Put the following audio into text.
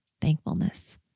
thankfulness